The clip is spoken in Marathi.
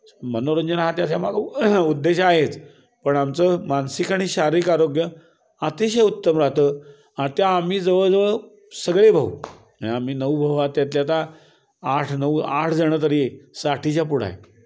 मनोरंजन हा त्याच्या मागं उद्देश आहेच पण आमचं मानसिक आणि शारीरिक आरोग्य अतिशय उत्तम राहतं आणि त्या आम्ही जवळजवळ सगळे भाऊ आम्ही नऊ भाऊ आ त्यातल्या आता आठ नऊ आठ जणं तरी साठीच्या पुढं आहे